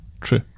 true